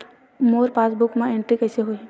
मोर passbook मा entry कइसे होही?